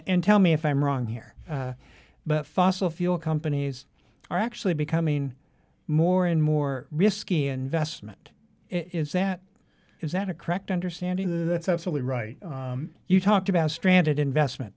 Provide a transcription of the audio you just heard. tell me if i'm wrong here but fossil fuel companies are actually becoming more and more risky investment is that is that a correct understanding the absolutely right you talked about stranded investment